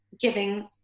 giving